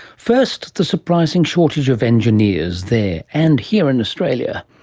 first, the surprising shortage of engineers there and here in australia.